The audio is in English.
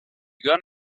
gun